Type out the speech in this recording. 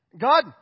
God